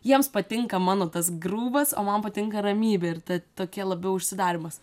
jiems patinka mano tas grūbas o man patinka ramybė ir ta tokie labiau užsidarymas